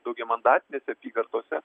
daugiamandatinėse apygardose